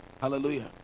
Hallelujah